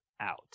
Out